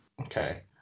Okay